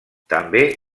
també